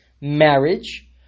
marriage